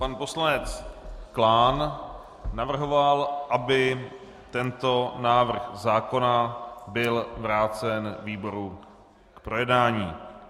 Pan poslanec Klán navrhoval, aby tento návrh zákona byl vrácen výboru k novému projednání.